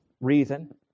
reason